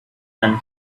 and